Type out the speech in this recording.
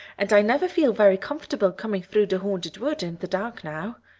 and i never feel very comfortable coming through the haunted wood in the dark now.